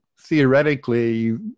theoretically